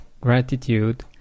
gratitude